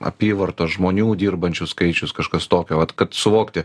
apyvartos žmonių dirbančių skaičius kažkas tokio vat kad suvokti